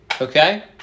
Okay